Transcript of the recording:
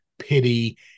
pity